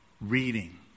reading